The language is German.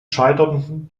scheiterten